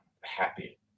Happy